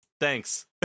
Thanks